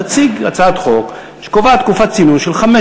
תציג הצעת חוק שקובעת תקופת צינון של חמש